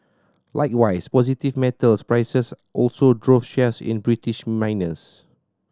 likewise positive metals prices also drove shares in British miners